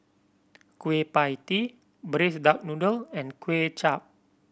Kueh Pie Tee Braised Duck Noodle and Kuay Chap